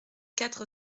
quatre